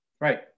Right